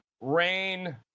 rain